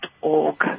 org